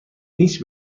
هیچ